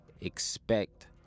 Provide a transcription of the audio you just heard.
expect